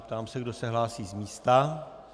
Ptám se, kdo se hlásí z místa.